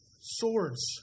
Swords